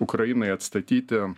ukrainai atstatyti